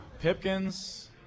Pipkins